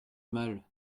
mal